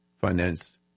finance